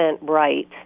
right